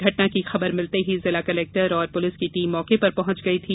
घटना की खबर मिलते ही जिला कलेक्टर और पुलिस की टीम मौके पर पहुंच गई थी